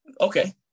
okay